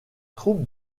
troupe